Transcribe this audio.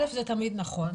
זה תמיד נכון.